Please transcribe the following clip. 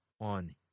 on